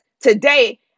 today